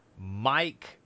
Mike